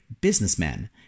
businessman